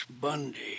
Bundy